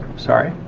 sorry